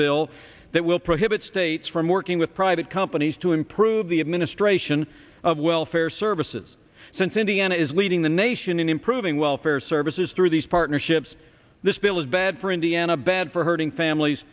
bill that will prohibit states from working with private companies to improve the administration of welfare services since indiana is leading the nation in improving welfare services through these partnerships this bill is bad for indiana bad for hurting families